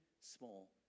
small